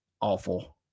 Awful